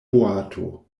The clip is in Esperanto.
boato